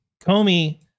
Comey